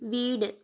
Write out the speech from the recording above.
വീട്